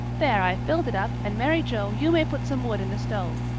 there, i've filled it up, and, mary joe, you may put some wood in the stove.